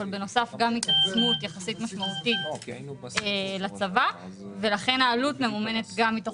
אבל בנוסף גם התעצמות יחסית משמעותית לצבא ולכן העלות ממומנת גם מתוך